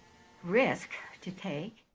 risk to take.